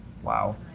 Wow